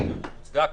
היא מוצדקת,